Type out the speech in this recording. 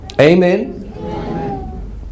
Amen